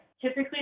typically